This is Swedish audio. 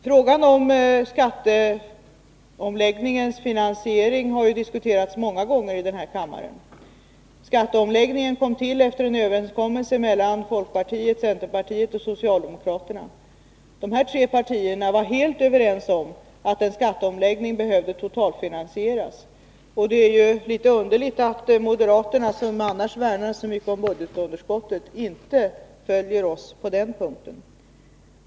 Frågan om skatteomläggningens finansiering har diskuterats många gånger i kammaren. Skatteomläggningen kom till efter en överenskommelse mellan folkpartiet, centerpartiet och socialdemokraterna. Dessa tre partier var helt överens om att en skatteomläggning behövde totalfinansieras. Det är litet underligt att moderaterna, som annars värnar så mycket om budgetunderskottet, inte följer oss på den punkten.